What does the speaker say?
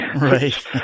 Right